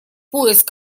поиск